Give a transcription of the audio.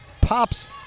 pops